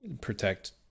protect